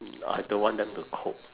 I don't want them to cook